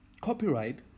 copyright